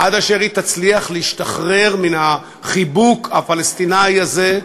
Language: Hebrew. עד אשר היא תצליח להשתחרר מן החיבוק הפלסטיני הזה,